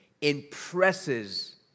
impresses